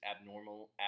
abnormal